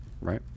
Right